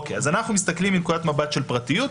אנחנו מסתכלים מנקודת מבט של פרטיות,